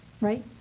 Right